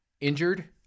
injured